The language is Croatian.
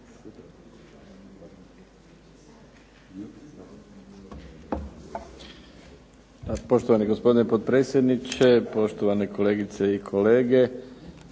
Poštovani gospodine potpredsjedniče, poštovani kolegice i kolege.